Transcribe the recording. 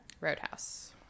Roadhouse